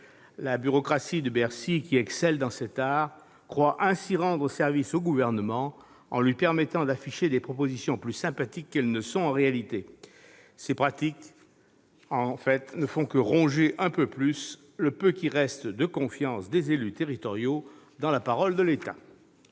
La bureaucratie de Bercy, qui excelle dans cet art, croit rendre service au Gouvernement en lui permettant d'afficher des propositions plus sympathiques qu'elles ne sont en réalité. En fait, ces pratiques ne font que ronger un peu plus le peu de confiance que les élus territoriaux continuent d'accorder à la parole de l'État.